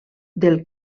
del